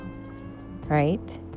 Right